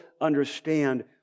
understand